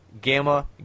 Gamma